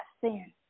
sin